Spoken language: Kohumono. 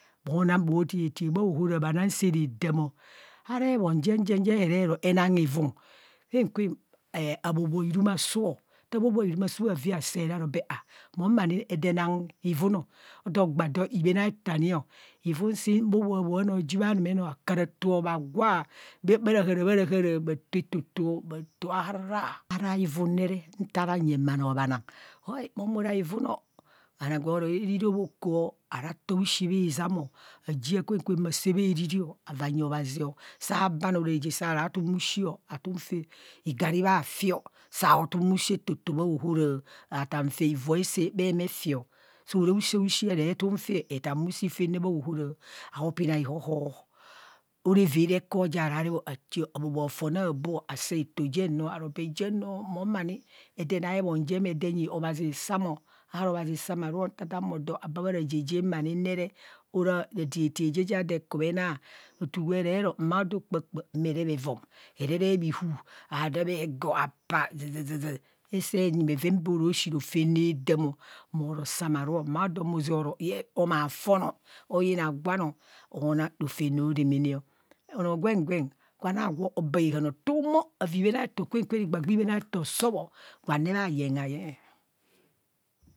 Bho nang bho tiatia bhaahoro, bho nang saa radam. Ara ebon jen jen je re ro enang hivum, kwem kwen akokoa hirumusuu nta bhobhoa hirumasuu nta bhobhoa himarasuu bhovi bha see re, aro bhe ah moma ani enang hivum ọ odo gba dọ ibhen etọ ani. hivum sim bhi bhorạhạ bhạrạhạrạ bhato etoto bhato aharara ara hiven ne re nta na nyeng bhanoo bha nang ha mun ara hivum, bhanọọ bharo arine obhakọọ ara tọọ bhushi bhizam ọ ajung kwen kwen maa saa bha riri avaa nyi obhazio, saa baa noo, ora reje saa tum bhushi atan fe igari fafi sao tom bhushi etoto bha ohora atan fe ivu asaa bhemefio. Soa ra bhu siashi re ton ta etan bhushi fan me bhaahora aopina ihoho. Ora evere ekubo jaa raa rep o achaọ abhobho fan aboo asee eto jen noo aro bee jieng nọọ mon ma ni ede na eban edee nyi obhazi sam ọ aro obhazi samaruo nta daa humode akaa bha raja ja ma ni ne ara ra tiatia ja ado ekubhe na, otu gwe re ro mma odo okpakpa mee rup erom ereree bhihu arep ego apaa zạzạzạ esee nyi bheven bhoroshi rohem radam ọ mo oro samaruo mma odo mo za oru omaa fon oyina gwan o oona rofem rodamana o. Onọọ gwen gwen gwen agwo obaa ạhạno tun mo uvava ibhen eto sub o, gwen ne bha yen ha yẹẹ